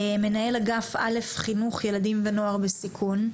מנהל אגף א' חינוך ילדים ונוער בסיכון,